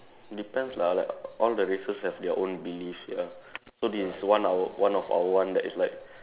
depends lah like all the races have their own beliefs ya so this is one our one of our one that is like